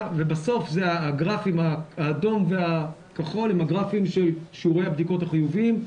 והגרפים האדום והכחול הם הגרפים של שיעורי הבדיקות החיוביות.